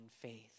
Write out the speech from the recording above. faith